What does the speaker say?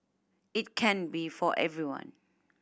it can be for everyone